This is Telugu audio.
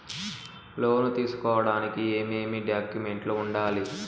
లోను తీసుకోడానికి ఏమేమి డాక్యుమెంట్లు ఉండాలి